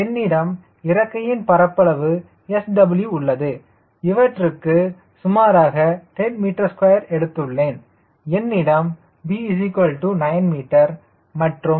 என்னிடம் இறக்கையின் பரப்பளவு SW உள்ளது இவற்றுக்கு சுமாராக 10m2 எடுத்துள்ளேன் என்னிடம் b 9m மற்றும் c 1